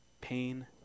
pain